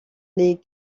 les